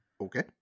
Okay